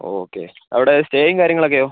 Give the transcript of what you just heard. ഒക്കെ അവിടെ സ്റ്റേയും കാര്യങ്ങളൊക്കെയോ